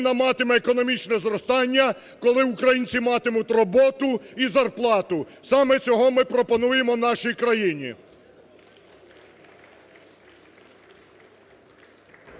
матиме економічне зростання, коли українці матимуть роботу і зарплату. Саме цього ми пропонуємо нашій країні.